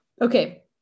Okay